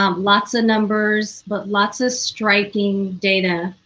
um lots of numbers but lots of striking data.